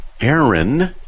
Aaron